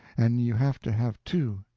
and you have to have two,